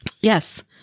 Yes